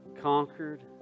conquered